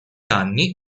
anni